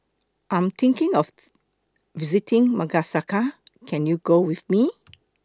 I Am thinking of visiting Madagascar Can YOU Go with Me